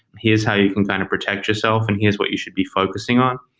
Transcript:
here is how you can kind of protect yourself and here is what you should be focusing on.